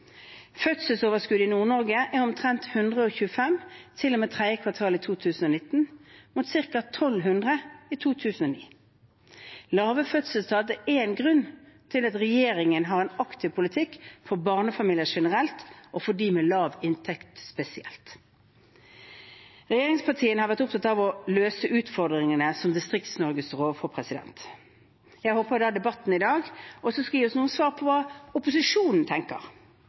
Fødselsoverskuddet i Nord-Norge er på omtrent 125 til og med tredje kvartal i 2019, mot ca. 1 200 i 2009. Lave fødselstall er én grunn til at regjeringen har en aktiv politikk for barnefamilier generelt og for dem med lav inntekt spesielt. Regjeringspartiene har vært opptatt av å løse utfordringene som Distrikts-Norge står overfor. Jeg håper debatten i dag også skal gi oss noen svar på hva opposisjonen tenker